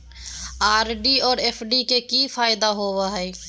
RD और FD के की फायदा होबो हइ?